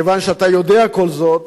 מכיוון שאתה יודע כל זאת,